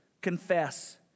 confess